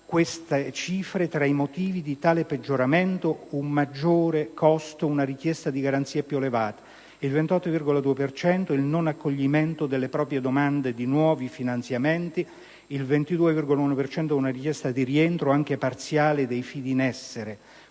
cento cita tra i motivi di tale peggioramento un maggiore costo o una richiesta di garanzie più elevate; il 28,2 per cento il non accoglimento delle proprie domande di nuovi finanziamenti; il 22,1 per cento una richiesta di rientro, anche parziale, dei fidi in essere.